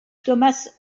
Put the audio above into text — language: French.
thomas